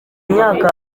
imyaka